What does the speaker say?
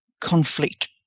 conflict